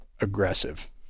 aggressive